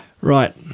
Right